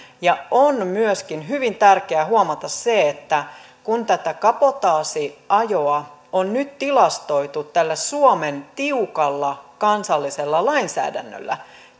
on myöskin hyvin tärkeää huomata se että kun tätä kabotaasiajoa on nyt tilastoitu tällä suomen tiukalla kansallisella lainsäädännöllä